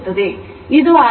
ಈಗ form factor 1